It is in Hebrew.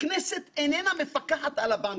הכנסת אינה מפקחת על הבנקים,